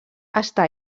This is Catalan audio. està